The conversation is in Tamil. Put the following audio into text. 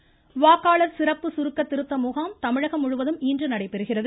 வாக்காளர் முகாம் வாக்காளர் சிறப்பு ச சுருக்க திருத்த முகாம் தமிழகம் முழுவதும் இன்று நடைபெறுகிறது